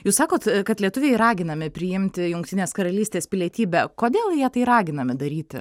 jūs sakot kad lietuviai raginami priimti jungtinės karalystės pilietybę kodėl jie tai raginami daryti